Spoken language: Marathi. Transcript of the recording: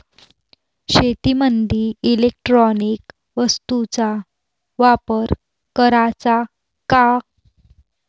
शेतीमंदी इलेक्ट्रॉनिक वस्तूचा वापर कराचा का?